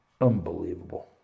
Unbelievable